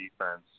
defense